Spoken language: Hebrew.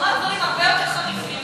הוא אמר דברים הרבה יותר חריפים,